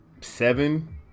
seven